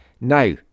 Now